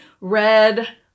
red